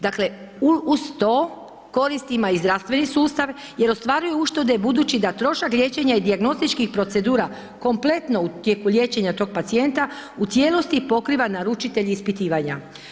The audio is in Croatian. Dakle, uz to koristi ima zdravstveni sustav jer ostvaruje uštede budući da trošak liječenja i dijagnostičkih procedura kompletno u tijeku liječenja tog pacijenta u cijelosti pokriva naručitelj ispitivanja.